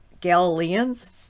Galileans